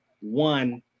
one